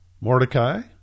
Mordecai